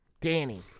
Danny